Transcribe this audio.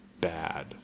bad